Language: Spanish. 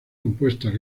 compuestas